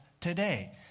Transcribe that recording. today